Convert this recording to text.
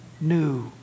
new